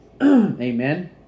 Amen